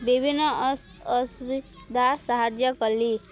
ବିଭିନ୍ନ ଅସ୍ ଅସୁବିଧା ସାହାଯ୍ୟ କଲି